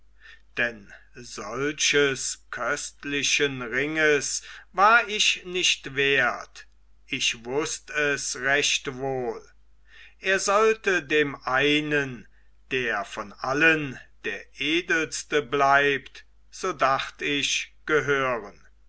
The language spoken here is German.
denn solches köstlichen ringes war ich nicht wert ich wußt es recht wohl er sollte dem einen der von allen der edelste bleibt so dacht ich gehören